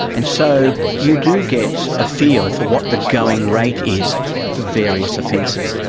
and so you do get a feel for what the going rate is for various offences.